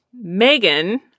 Megan